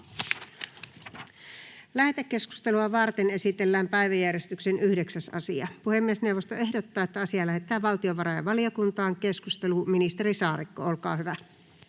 Lähetekeskustelua varten esitellään päiväjärjestyksen 9. asia. Puhemiesneuvosto ehdottaa, että asia lähetetään valtiovarainvaliokuntaan. — Keskustelu, ministeri Saarikko, olkaa hyvä.